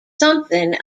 something